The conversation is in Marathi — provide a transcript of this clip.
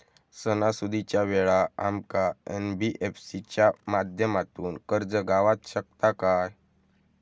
सणासुदीच्या वेळा आमका एन.बी.एफ.सी च्या माध्यमातून कर्ज गावात शकता काय?